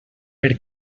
per